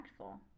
impactful